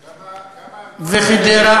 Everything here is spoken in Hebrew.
וחדרה,